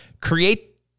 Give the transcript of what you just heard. Create